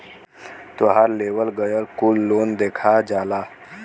तोहार लेवल गएल कुल लोन देखा जाला